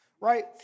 right